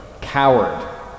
coward